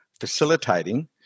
facilitating